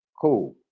cool